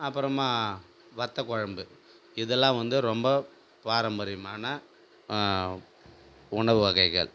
அப்புறமா வத்தக்குழம்பு இதெல்லாம் வந்து ரொம்ப பாரம்பரியமான உணவு வகைகள்